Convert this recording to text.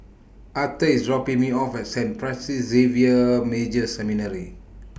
Aurthur IS dropping Me off At Saint Francis Xavier Major Seminary